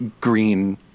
green